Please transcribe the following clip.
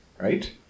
right